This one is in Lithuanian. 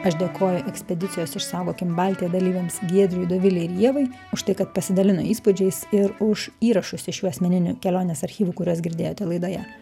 aš dėkoju ekspedicijos išsaugokim baltiją dalyviams giedriui dovilei ir ievai už tai kad pasidalino įspūdžiais ir už įrašus iš jų asmeninių kelionės archyvų kuriuos girdėjote laidoje